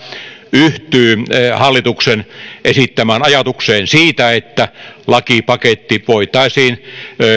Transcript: yhtyy hallituksen esittämään ajatukseen siitä että lakipaketti voitaisiin